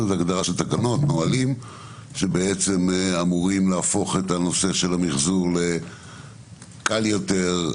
תקנות/נהלים שאמורים להפוך את הנושא של המיחזור לקל יותר,